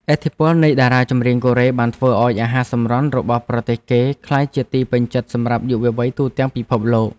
ឥទ្ធិពលនៃតារាចម្រៀងកូរ៉េបានធ្វើឱ្យអាហារសម្រន់របស់ប្រទេសគេក្លាយជាទីពេញចិត្តសម្រាប់យុវវ័យទូទាំងពិភពលោក។